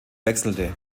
wechselte